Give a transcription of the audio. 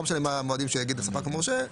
לא משנה מה המועדים שיגיד הספק המורשה?